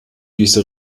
diese